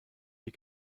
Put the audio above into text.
die